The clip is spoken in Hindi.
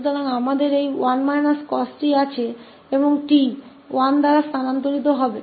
तो हमारे पास 1 cos𝑡 है और 𝑡 1 से स्थानांतरित हो जाएगा